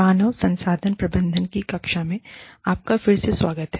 मानव संसाधन प्रबंधन की कक्षा में आपका फिर से स्वागत है